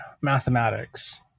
mathematics